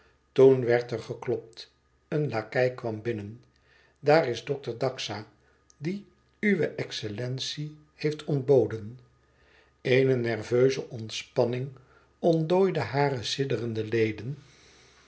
toen werd er geklopt een lakei kwam binnen daar is dokter daxa dien uwe excellentie heeft ontboden ene nerveuze ontspanning ontdooide hare sidderende leden